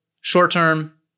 short-term